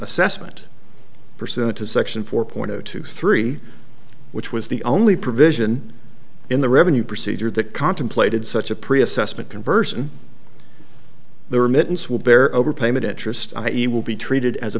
assessment pursuant to section four point zero two three which was the only provision in the revenue procedure that contemplated such a pre assessment conversion there mittens will bear overpayment interest i e will be treated as a